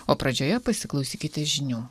o pradžioje pasiklausykite žinių